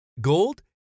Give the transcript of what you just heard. Gold